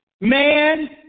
man